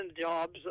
jobs